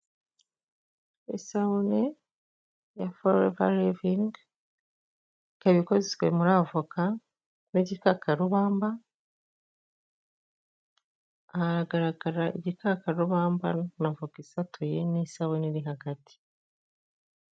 Isabune ya foreva rivingi ikaba ikozwe muri avo n'igikakarubamba, haragaragara igikakarubamba n'avoka isatuye n'isabune iri hagati.